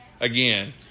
Again